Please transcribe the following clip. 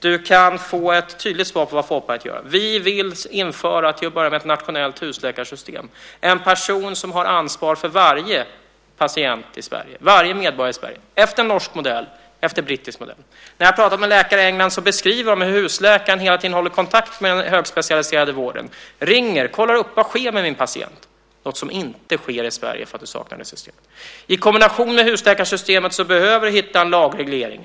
Du kan få ett tydligt svar på vad Folkpartiet gör. Vi vill till att börja med införa ett nationellt husläkarsystem, där en person har ansvar för varje medborgare i Sverige, efter norsk modell och brittisk modell. När jag har pratat med läkare i England har de beskrivit hur husläkaren hela tiden håller kontakt med den högspecialiserade vården och ringer och kollar upp vad som sker med patienten. Det är något som inte sker i Sverige, för vi saknar det systemet. I kombination med husläkarsystemet behöver vi hitta en lagreglering.